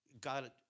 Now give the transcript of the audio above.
God